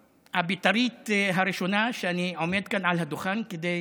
הבית"רית הראשונה שאני עומד כאן על הדוכן כדי